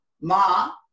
Ma